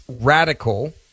radical